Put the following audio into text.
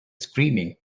screaming